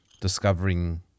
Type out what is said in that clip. discovering